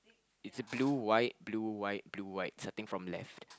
is it blue white blue white blue white starting from left